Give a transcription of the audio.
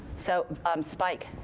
so um spike.